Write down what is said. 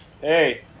Hey